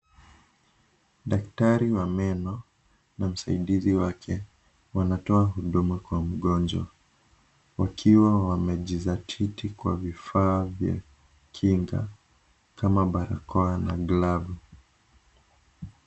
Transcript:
Daktari wa meno na msaidizi wake wanatoa huduma kwa mgonjwa wakiwa wamejizatiti kwa vifaa vya kinga kama barakoa na glavu.